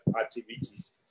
activities